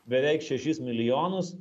beveik šešis milijonus